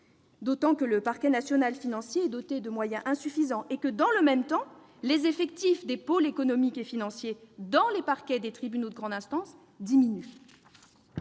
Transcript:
d'autant que le Parquet national financier est doté de moyens insuffisants et que, dans le même temps, les effectifs des pôles économiques et financiers des parquets des tribunaux de grande instance diminuent.